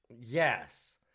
Yes